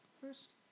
First